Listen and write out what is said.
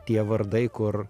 tie vardai kur